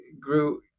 grew